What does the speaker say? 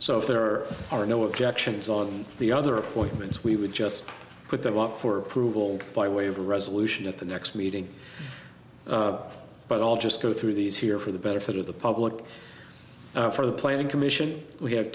so if there are no objections on the other appointments we would just put them up for approval by way of resolution at the next meeting but all just go through these here for the benefit of the public for the planning commission we ha